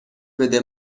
بده